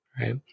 right